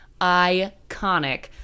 iconic